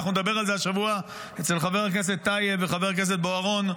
נדבר על זה השבוע אצל חבר הכנסת טייב וחבר הכנסת בוארון.